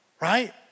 right